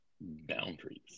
Boundaries